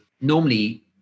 normally